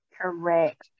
Correct